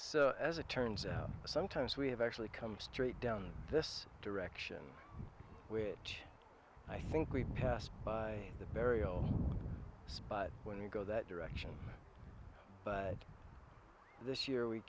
so as it turns out sometimes we have actually come straight down this direction which i think we passed by the burial spot when we go that direction but this year we